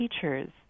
teachers